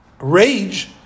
Rage